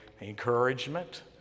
encouragement